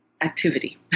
activity